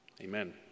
amen